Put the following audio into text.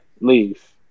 leave